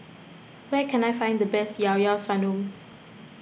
where can I find the best Ilao Ilao Sanum